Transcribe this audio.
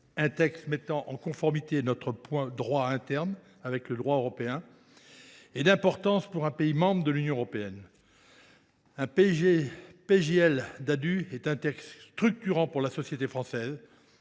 Un texte qui met en conformité le droit interne avec le droit européen est d’importance pour un pays membre de l’Union européenne. Le projet de loi Ddadue est un texte structurant pour la société française.